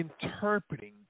interpreting